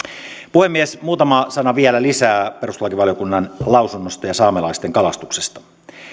puhemies muutama sana vielä lisää perustuslakivaliokunnan lausunnosta ja saamelaisten kalastuksesta